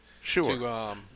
Sure